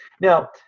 Now